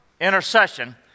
intercession